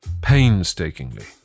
Painstakingly